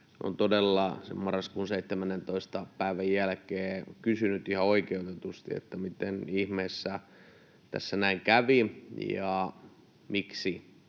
on todella sen marraskuun 17. päivän jälkeen kysynyt ihan oikeutetusti, miten ihmeessä tässä näin kävi ja miksi